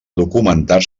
documentar